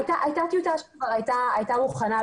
הייתה טיוטה שכבר הייתה מוכנה,